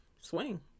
Swing